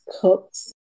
cooks